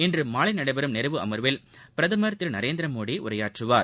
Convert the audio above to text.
இன்றுமாலைநடைபெறும் நிறைவு அமர்வில் பிரதமர் திருநரேந்திரமோடிஉரையாற்றுவார்